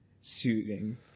suiting